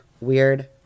weird